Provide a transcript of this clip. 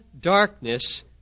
darkness